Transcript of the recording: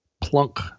plunk